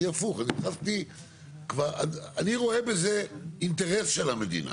אני, אני רואה בזה אינטרס של המדינה.